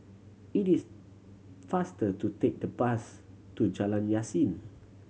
it is faster to take the bus to Jalan Yasin